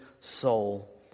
soul